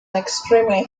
extremely